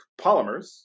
polymers